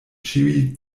ĉiuj